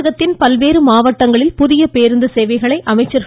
தமிழகத்தின் பல்வேறு மாவட்டங்களில் புதிய பேருந்து சேவையை அமைச்சர்கள்